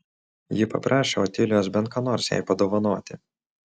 ji paprašė otilijos bent ką nors jai padovanoti